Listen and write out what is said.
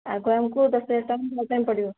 ଆଗୁଆ ଆମକୁ ଦଶ ହଜାର ଟଙ୍କା ଦେବା ପାଇଁ ପଡ଼ିବ